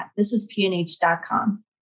thisispnh.com